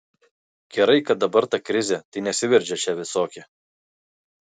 gerai kad dabar ta krizė tai nesiveržia čia visokie